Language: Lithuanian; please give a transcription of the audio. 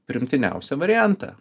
priimtiniausią variantą